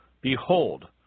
Behold